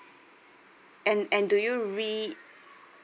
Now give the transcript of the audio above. and and do you re~